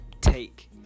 take